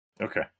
Okay